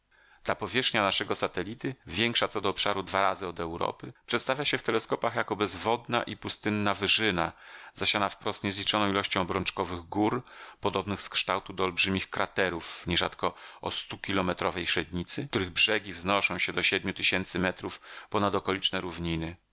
ta powierzchnia naszego satelity większa co do obszaru dwa razy od europy przedstawia się w teleskopach jako bezwodna i pustynna wyżyna zasiana wprost niezliczoną ilością obrączkowych gór podobnych z kształtu do olbrzymich kraterów nierzadko o stukilometrowej średnicy których brzegi wznoszą się do siedmiu tysięcy metrów ponad okoliczne równiny